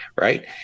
Right